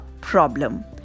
problem